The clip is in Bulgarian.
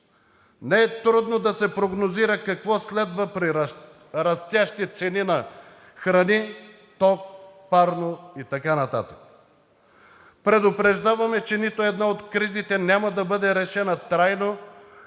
Не е трудно да се прогнозира какво следва при растящи цени на храни, ток, парно и така нататък. Предупреждаваме, че нито една от кризите няма да бъде решена трайно,